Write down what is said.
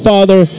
Father